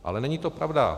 Ale není to pravda.